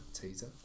teaser